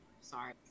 sorry